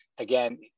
again